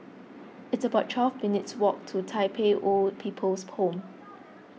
it's about twelve minutes' walk to Tai Pei Old People's Home